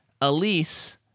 Elise